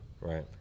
Right